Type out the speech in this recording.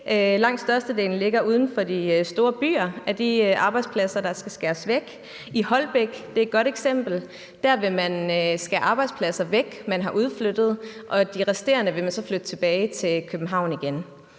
skal skæres væk, ligger uden for de store byer. I Holbæk – det er et godt eksempel – vil man skære arbejdspladser væk, som man har udflyttet, og de resterende vil man så flytte tilbage til København igen.